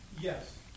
Yes